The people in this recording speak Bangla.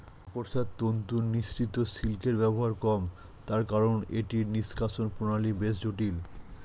মাকড়সার তন্তু নিঃসৃত সিল্কের ব্যবহার কম, তার কারন এটির নিষ্কাশণ প্রণালী বেশ জটিল